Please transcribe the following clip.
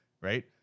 Right